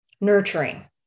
nurturing